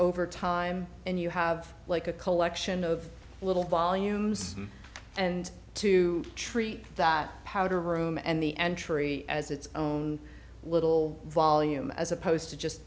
over time and you have like a collection of little volumes and to treat that powder room and the entry as it's own little volume as opposed to just